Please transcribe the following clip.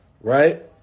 Right